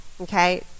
okay